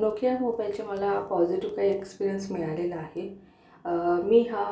Nokia मोबाईलचे मला positive काय एक्सपिरियन्स मिळालेला आहे मी हा